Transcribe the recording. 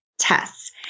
Tests